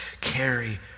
Carry